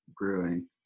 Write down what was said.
brewing